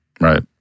Right